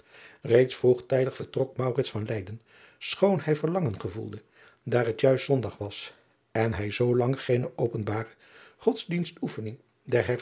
eeds vroegtijdig vertrok van eyden schoon hij verlangen gevoelde daar het juist zondag was en hij zoolang geene openbare odsdienstoefening